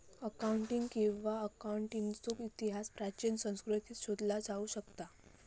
accounting किंवा अकाउंटन्सीचो इतिहास प्राचीन संस्कृतींत शोधला जाऊ शकता